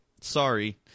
sorry